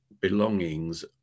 belongings